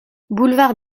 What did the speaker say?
boulevard